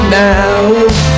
now